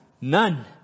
None